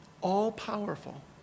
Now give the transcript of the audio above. All-powerful